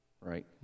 Right